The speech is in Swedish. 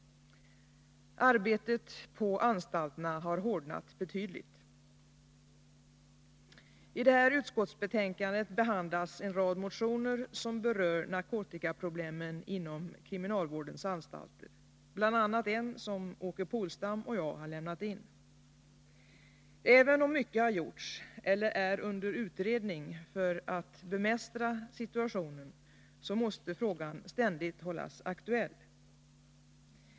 Arbetet på anstalterna har hårdnat betydligt. I detta utskottsbetänkande behandlas en rad motioner, bl.a. en som Åke Polstam och jag har väckt, som berör narkotikaproblemen inom kriminalvårdens anstalter. Även om mycket har gjorts eller är under utredning för att situationen skall kunna bemästras, måste frågan ständigt hållas aktuell.